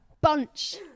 bunch